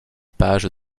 pages